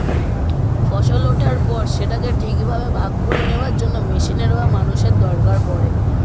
ফসল ওঠার পর সেটাকে ঠিকভাবে ভাগ করে নেওয়ার জন্য মেশিনের বা মানুষের দরকার পড়ে